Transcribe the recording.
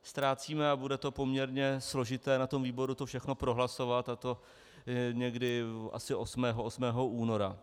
Ztrácíme, a bude to poměrně složité na tom výboru to všechno prohlasovat, a to někdy asi 8. února.